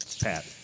Pat